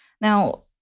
Now